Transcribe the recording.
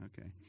okay